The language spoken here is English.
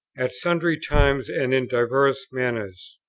at sundry times and in divers manners,